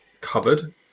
covered